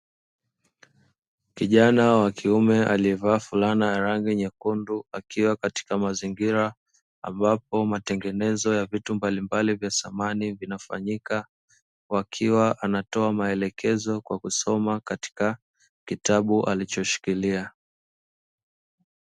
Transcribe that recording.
Kijana wa kiume aliyevaa fulana ya rangi nyekundu akiwa katika mazingira ambapo, matengenezo mbalimbali vya thamani anatoa maelekezo kwa kusoma katika kitabu alichoshikilia.